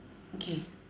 okay